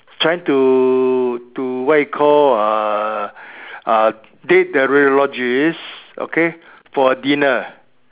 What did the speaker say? trying to to what you call uh uh date the radiologist okay for a dinner